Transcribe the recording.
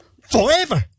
forever